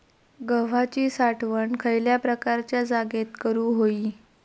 गव्हाची साठवण खयल्या प्रकारच्या जागेत करू होई?